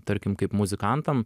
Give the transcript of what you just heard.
tarkim kaip muzikantam